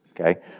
okay